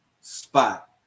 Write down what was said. spot